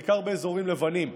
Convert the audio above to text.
בעיקר באזורים לבנים,